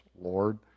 Lord